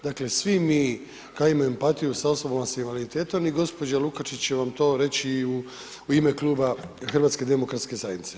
Dakle, svi mi kao imamo empatiju s osobama s invaliditetom i gospođa Lukačić će vam to reći u ime Kluba HDZ-a.